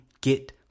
get